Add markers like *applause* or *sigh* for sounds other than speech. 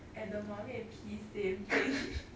edamame and peas same *laughs*